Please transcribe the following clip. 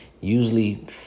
Usually